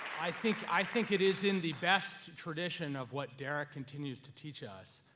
i think i think it is in the best tradition of what derrick continues to teach us,